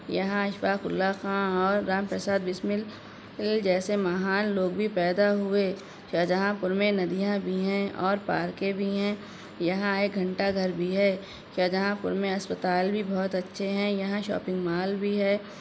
یہاں اشفاق اللہ خان اور رام پرساد بسمل کے جیسے مہان لوگ بھی پیدا ہوئے شاہجہاں پور میں ندیاں بھی ہیں اور پارکیں بھی ہیں یہاں ایک گھنٹہ گھر بھی ہے شاہجہاں پور میں اسپتال بھی بہت اچھے ہیں یہاں شاپنگ مال بھی ہے